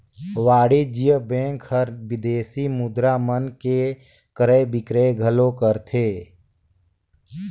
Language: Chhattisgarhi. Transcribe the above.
वाणिज्य बेंक हर विदेसी मुद्रा मन के क्रय बिक्रय घलो करथे